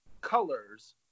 colors